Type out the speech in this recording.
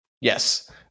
Yes